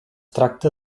tracta